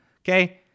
okay